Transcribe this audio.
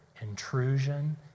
intrusion